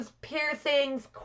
piercings